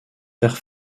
faire